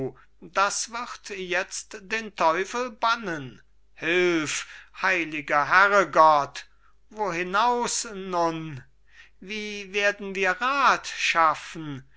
das wird jetzt den teufel bannen hilf heiliger herregott wo hinaus nun wie werden wir rath schaffen